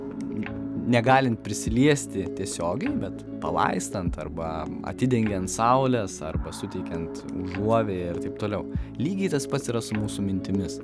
negalint prisiliesti tiesiogiai bet palaistant arba atidengiant saules arba suteikiant užuovėją ir taip toliau lygiai tas pats yra su mūsų mintimis